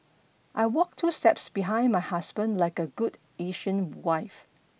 I walk two steps behind my husband like a good Asian wife